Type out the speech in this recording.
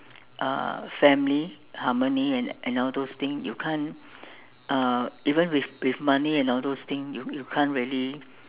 uh family harmony and all those things you can't uh even with with money and all those things you you can't really